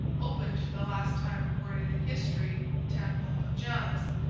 opened, for the last time recorded in history, the temple of janus,